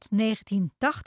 1980